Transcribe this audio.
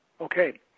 Okay